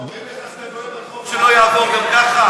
אמרו לך שאתה נואם על חוק שלא יעבור גם ככה?